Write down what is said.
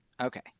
Okay